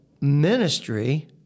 ministry